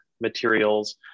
materials